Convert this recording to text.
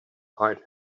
height